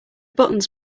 buttons